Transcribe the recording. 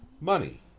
money